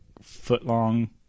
foot-long